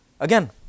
Again